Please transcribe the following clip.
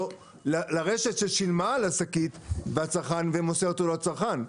לרשת ששילמה על השקית ומוסרת אותו לצרכן?